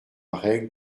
règle